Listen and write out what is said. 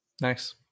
Nice